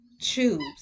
Choose